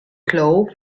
cloth